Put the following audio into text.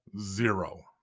zero